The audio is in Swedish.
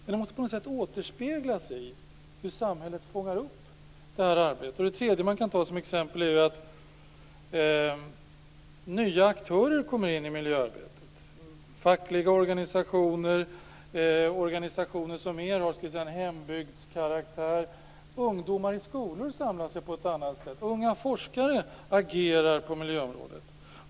Men det måste på något sätt återspeglas i samhällets sätt att fånga upp det här arbetet. Ett exempel är också att nya aktörer kommer in i miljöarbetet. Det är fackliga organisationer, organisationer av hembygdskaraktär, ungdomar i skolor, som samlas på ett annat sätt, och unga forskare, som agerar på miljöområdet.